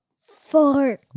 Four